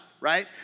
right